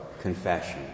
confession